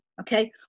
okay